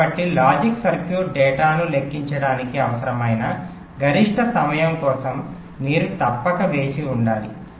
కాబట్టి logic circuit డేటాను లెక్కించడానికి అవసరమైన గరిష్ట సమయం కోసం మీరు తప్పక వేచి ఉండాలి